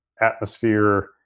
atmosphere